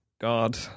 God